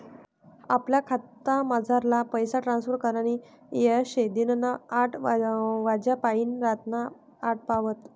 आपला खातामझारला पैसा ट्रांसफर करानी येय शे दिनना आठ वाज्यापायीन रातना आठ पावत